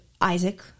Isaac